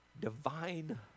divine